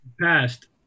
passed